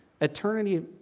eternity